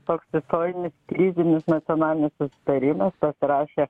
toks istorinis prizinis nacionalinis susitarimas pasirašė